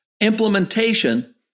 implementation